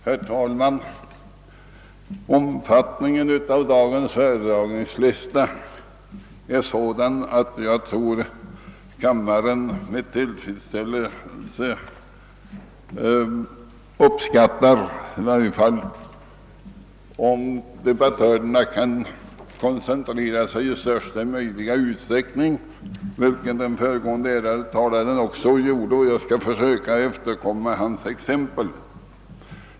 Herr talman! Omfattningen av dagens föredragningslista är sådan att jag tror att kammarens ledamöter uppskattar att debattörerna i största möjliga utsträckning koncentrerar sig. Den föregående ärade talaren gjorde detta, och jag skall försöka att följa hans exempel.